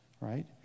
right